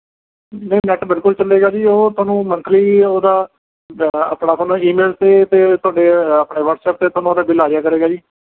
ਨਹੀਂ ਨੈੱਟ ਬਿਲਕੁਲ ਚੱਲੇਗਾ ਜੀ ਉਹ ਤੁਹਾਨੂੰ ਮੰਥਲੀ ਉਹਦਾ ਆਪਣਾ ਤੁਹਾਨੂੰ ਈਮੇਲ 'ਤੇ ਅਤੇ ਤੁਹਾਡੇ ਆਪਣੇ ਵਟਸਐੱਪ 'ਤੇ ਤੁਹਾਨੂੰ ਉਹਦਾ ਬਿੱਲ ਆ ਜਾਇਆ ਕਰੇਗਾ ਜੀ